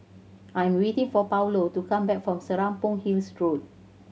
I'm waiting for Paulo to come back from Serapong Hill Road